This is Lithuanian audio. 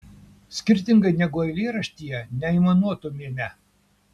skirtingai negu eilėraštyje neaimanuotumėme